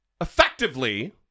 effectively